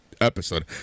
Episode